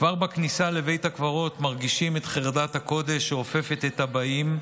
כבר בכניסה לבית הקברות מרגישים את חרדת הקודש שאופפת את הבאים,